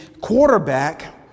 quarterback